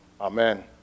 Amen